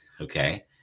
Okay